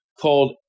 called